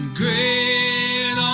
great